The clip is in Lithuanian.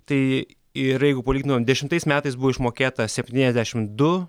tai ir jeigu palygintumėm dešimtais metais buvo išmokėta septyniasdešimt du